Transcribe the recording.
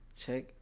check